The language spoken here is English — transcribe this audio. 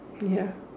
ya